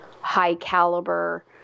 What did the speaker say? high-caliber